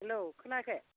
हेल' खोनायाखै